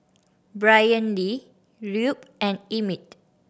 Brynlee Rube and Emmit